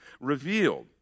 revealed